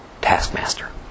taskmaster